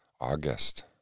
August